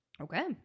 Okay